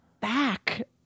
back